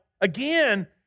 again